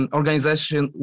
organization